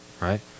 Right